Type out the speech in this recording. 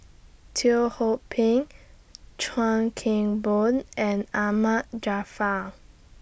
Teo Ho Pin Chuan Keng Boon and Ahmad Jaafar